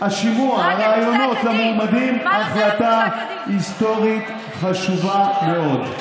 הראיונות למועמדים, החלטה היסטורית חשובה מאוד.